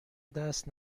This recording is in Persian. دست